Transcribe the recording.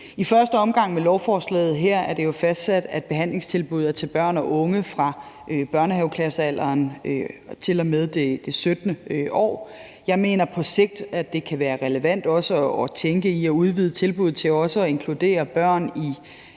I første omgang er det jo med lovforslaget her fastsat, at behandlingstilbuddet er til børn og unge fra børnehaveklassealderen og til og med det 17. år. Jeg mener på sigt, at det kan være relevant også at tænke i at udvide tilbuddet til at inkludere børn i